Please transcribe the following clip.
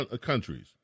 countries